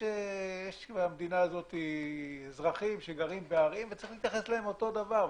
יש במדינה הזו אזרחים שגרים בערים וצריך להתייחס להם אותו דבר.